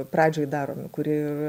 pradžioj daromi kurie